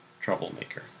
troublemaker